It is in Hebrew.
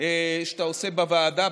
ומצוינת שאתה עושה בוועדה,